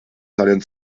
seinen